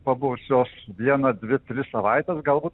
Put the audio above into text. pabuvusios vieną dvi tris savaites galbūt